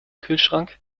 kühlschrank